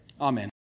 Amen